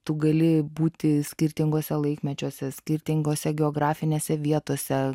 tu gali būti skirtinguose laikmečiuose skirtingose geografinėse vietose